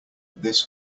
this